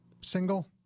single